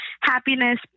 happiness